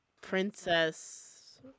princess